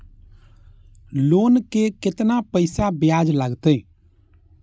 Loan के केतना पैसा ब्याज लागते?